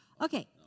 Okay